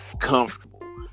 comfortable